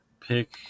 pick